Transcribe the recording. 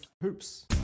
Hoops